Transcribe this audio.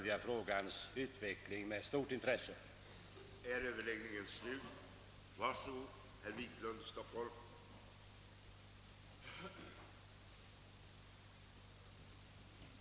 Jag ber att än en gång få tacka för svaret.